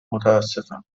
متاسفم